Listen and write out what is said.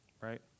Right